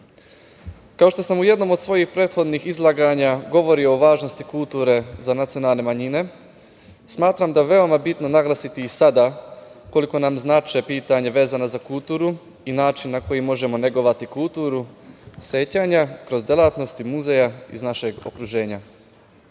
što sam u jednom od svojih prethodnih izlaganja govorio o važnosti kulture za nacionalne manjine, smatram da je veoma bitno naglasiti i sada koliko nam znače pitanja vezana za kulturu i način na koji možemo negovati kulturu sećanja kroz delatnosti muzeja iz našeg okruženja. Predložena